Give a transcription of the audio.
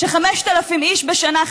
ש-5,000 איש בשנה,